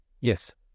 Yes